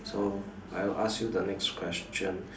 so I'll ask you the next question